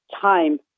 time